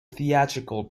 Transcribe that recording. theatrical